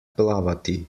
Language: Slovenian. plavati